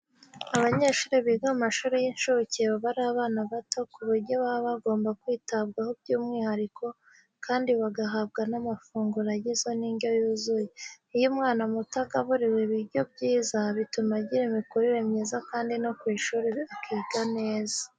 Abanyeshuri biga mu mashuri y'inshuke baba ari abana bato ku buryo baba bagomba kwitabwaho by'umwihariko kandi bagahabwa n'amafunguro agizwe n'indyo yuzuye. Iyo umwana muto agaburiwe ibiryo byiza, bituma agira imikurire myiza kandi no ku ishuri akiga neza.